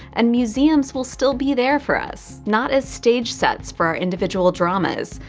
and museums will still be there for us. not as stage sets for our individual dramas,